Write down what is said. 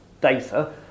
data